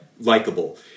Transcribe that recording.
likable